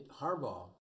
Harbaugh